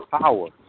power